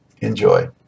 Enjoy